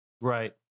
right